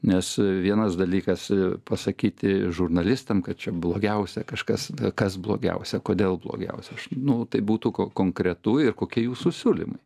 nes vienas dalykas pasakyti žurnalistam kad čia blogiausia kažkas kas blogiausia kodėl blogiausia nu tai būtų konkretu ir kokie jūsų siūlymai